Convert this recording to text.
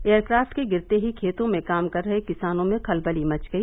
aircraft के गिरते ही खेतों में काम कर रहे किसानों में खलवली मच गई